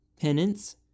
Penance